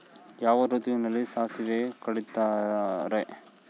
ಯಾವ ಋತುವಿನಲ್ಲಿ ಸಾಸಿವೆ ಕಡಿತಾರೆ?